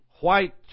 white